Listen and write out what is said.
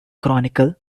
chronicle